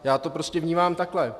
Já to prostě vnímám takhle.